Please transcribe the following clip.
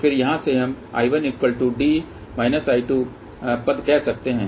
और फिर यहाँ से हम I1D पद कह सकते हैं